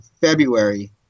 February